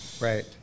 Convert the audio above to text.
right